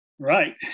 Right